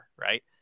Right